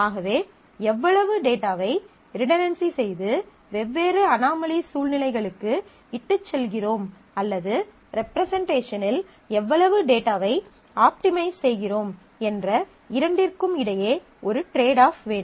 ஆகவே எவ்வளவு டேட்டாவை ரிடன்டன்சி செய்து வெவ்வேறு அனோமலி சூழ்நிலைகளுக்கு இட்டுச் செல்கிறோம் அல்லது ரெப்ரெசென்ட்டேஷனில் எவ்வளவு டேட்டாவை ஆப்டிமைஸ் செய்கிறோம் என்ற இரண்டிற்கும் இடையே ஒரு டிரேட் ஆப் வேண்டும்